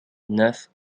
neuf